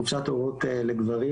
חופשת הורות לגברים,